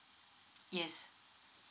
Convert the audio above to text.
yes